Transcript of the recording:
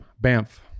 Banff